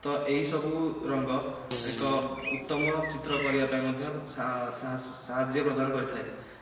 ତ ଏହିସବୁ ରଙ୍ଗ ଏକ ଉତ୍ତମ ଚିତ୍ର କରିବାପାଇଁ ମଧ୍ୟ ସାହସ ସାହାଯ୍ୟ ପ୍ରଦାନ କରିଥାଏ